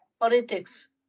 politics